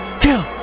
kill